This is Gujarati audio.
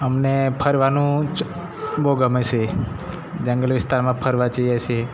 અમને ફરવાનું ચ બહુ ગમે છે જંગલ વિસ્તારમાં ફરવા જઈએ છીએ